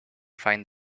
find